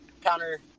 counter